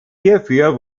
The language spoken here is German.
hierfür